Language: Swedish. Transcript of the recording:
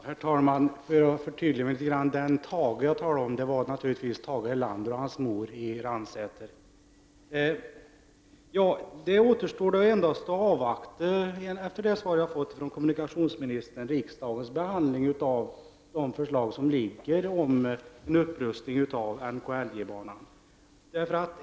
Herr talman! Jag vill förtydliga mig litet grand. Den Tage jag talade om var naturligtvis Tage Erlander och hans mor i Ransäter. Efter det svar jag har fått av kommunikationsministern återstår det bara att avvakta riksdagens behandling av de förslag som ligger om en upprustning av NKLJ-banan.